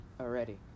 already